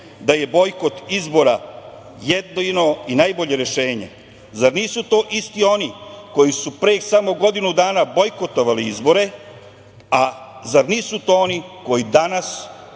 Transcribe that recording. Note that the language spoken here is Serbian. da je bojkot izbora jedino i najbolje rešenje? Zar nisu to isti oni koji su pre samo godinu dana bojkotovali izbore, zar nisu to oni koji danas